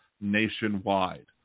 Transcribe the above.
nationwide